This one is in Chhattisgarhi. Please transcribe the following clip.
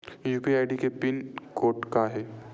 यू.पी.आई के पिन कोड का हे?